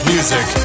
Music